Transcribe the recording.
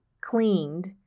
cleaned